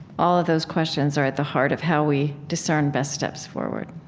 all of those questions are at the heart of how we discern best steps forward.